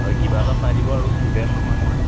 হয় কিবা এটা চাই দিব আৰু ষ্টুডেণ্ট নহয় মই